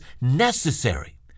necessary